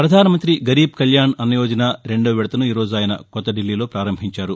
పధానమంతి గరీబ్ కళ్యాణ్ అన్న యోజన రెండవ విడతను ఈ రోజు ఆయన కొత్త దిబ్లీలో పారంభించారు